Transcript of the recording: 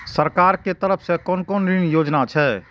सरकार के तरफ से कोन कोन ऋण योजना छै?